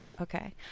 Okay